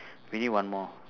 we need one more